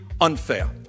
unfair